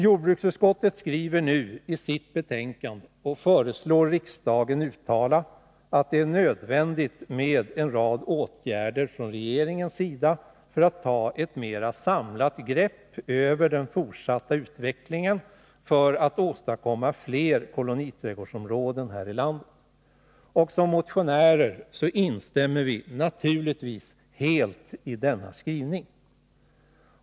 I det nu aktuella betänkandet föreslår jordbruksutskottet att riksdagen uttalar att det är nödvändigt med en rad åtgärder från regeringens sida när det gäller att få ett mera samlat grepp över den fortsatta utvecklingen och att åstadkomma fler koloniträdgårdsområden här i landet. Vi motionärer instämmer naturligtvis helt i denna skrivning.